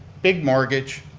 big mortgage,